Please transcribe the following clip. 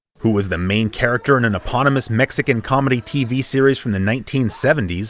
who was the main character in an eponymous mexican comedy tv series from the nineteen seventy s,